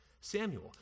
Samuel